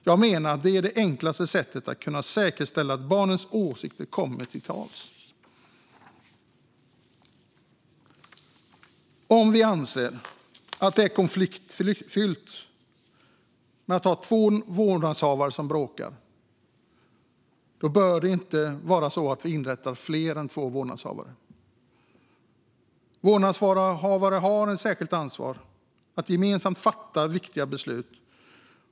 Jag menar att det är det enklaste sättet att säkerställa att barnets åsikter kommer fram. Om vi anser att det är konfliktfyllt att ha två vårdnadshavare som bråkar bör det inte inrättas fler än två vårdnadshavare. Vårdnadshavare har ett särskilt ansvar för att gemensamt fatta viktiga beslut.